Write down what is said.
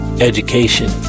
education